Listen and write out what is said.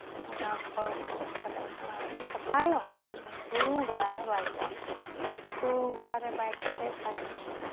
ᱚᱱᱟ ᱠᱷᱚᱲ ᱠᱚᱫᱚ ᱛᱟᱦᱞᱮ ᱩᱱᱠᱩ ᱚᱱᱟ ᱠᱚᱫᱚ ᱥᱟᱯᱷᱟ ᱦᱩᱭᱩᱜᱼᱟ ᱛᱟᱦᱞᱮ ᱩᱱᱠᱩ ᱜᱚᱲᱟᱨᱮ ᱵᱟᱭ ᱠᱚ ᱦᱩᱭᱩᱜᱼᱟ ᱩᱱᱠᱩ ᱜᱚᱲᱟᱨᱮ ᱵᱟᱭ ᱠᱟᱛᱮᱫ ᱛᱟᱦᱞᱮ